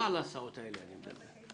על ההסעות האלה.